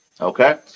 Okay